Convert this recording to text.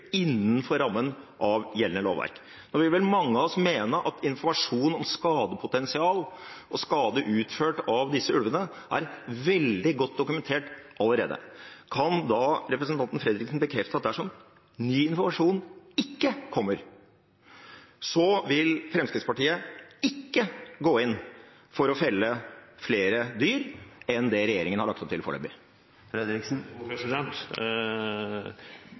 innenfor rammene av gjeldende lovverk.» Nå vil mange av oss mene at informasjon om skadepotensial og skade utført av disse ulvene er veldig godt dokumentert allerede. Kan da representanten Fredriksen bekrefte at dersom ny informasjon ikke kommer, så vil Fremskrittspartiet ikke gå inn for å felle flere dyr enn det regjeringen har lagt opp til